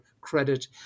credit